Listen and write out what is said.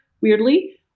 Weirdly